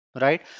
right